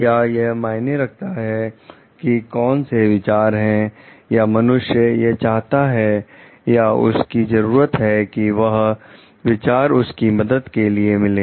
क्या यह मायने रखता है कि कौन से विचार हैं या मनुष्य यह चाहता है या उसकी जरूरत है कि वह विचार उसकी मदद के लिए मिले